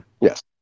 Yes